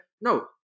No